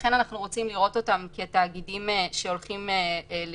לכן אנחנו רוצים לראות אותם כתאגידים שהולכים לשיקום.